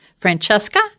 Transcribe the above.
Francesca